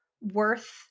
worth